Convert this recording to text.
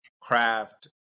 craft